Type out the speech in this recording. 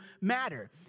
matter